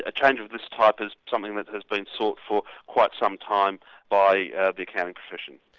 a change of this type is something that has been sought for quite some time by the accounting profession.